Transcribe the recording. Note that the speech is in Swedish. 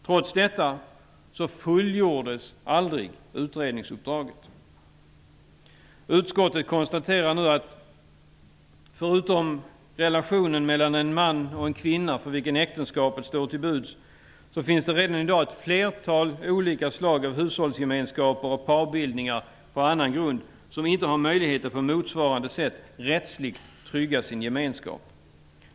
Trots detta fullgjordes aldrig utredningsuppdraget. Förutom relationen mellan en man och en kvinna, för vilka äktenskap står till buds, konstaterar utskottet att det redan i dag finns ett flertal olika slag av hushållsgemenskaper och parbildningar på annan grund som inte har möjlighet att på motsvarande sätt rättsligt trygga sin gemenskap.